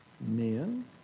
Men